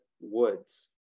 Woods